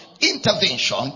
intervention